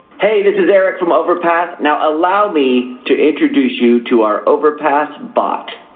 hey, this is eric from overpass, now allow me to introduce you to our overpass bot.